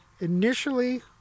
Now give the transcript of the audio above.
initially